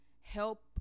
help